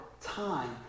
time